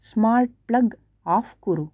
smart plug off कुरु